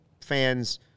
fans